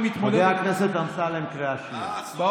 אסור להעיר לך,